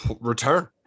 return